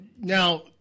now